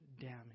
damage